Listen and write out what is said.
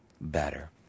better